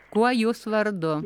kuo jūs vardu